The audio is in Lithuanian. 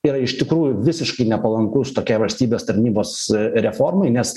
yra iš tikrųjų visiškai nepalankus tokiai valstybės tarnybos reformai nes